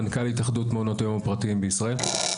מנכ"ל התאחדות מעונות היום הפרטיים בישראל.